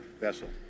vessel